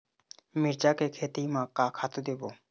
मिरचा के खेती म का खातू देबो?